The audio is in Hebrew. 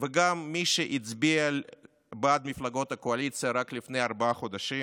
גם מי שהצביע בעד מפלגות הקואליציה רק לפני ארבעה חודשים,